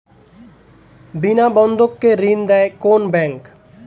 বিনা বন্ধক কে ঋণ দেয় কোন ব্যাংক?